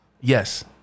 Yes